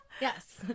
Yes